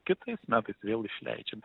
kitais metais vėl išleidžiame